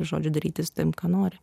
žodžiu daryti su tavim ką nori